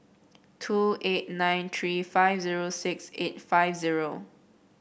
two eight nine three five zero six eight five zero